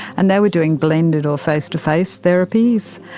and they were doing blended or face-to-face therapies,